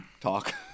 talk